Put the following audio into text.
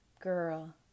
girl